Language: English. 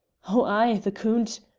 oh ay, the coont.